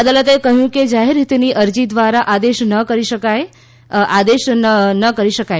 અદાલતે કહ્યું કે જાહેર હીતની અરજી દ્વારા આદેશ ન કરી શકાય